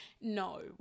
no